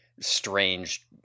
strange